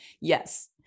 Yes